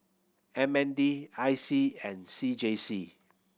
M N D I C and C J C